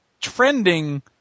trending